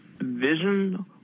vision